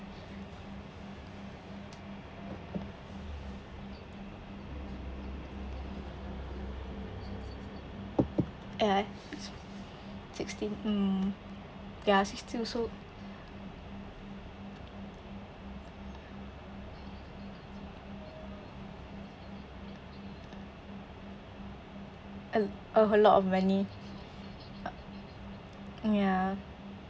ah sixteen mm ya six still so al~ a whole lot of money ya